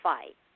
Fight